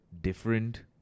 different